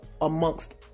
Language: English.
amongst